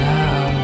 now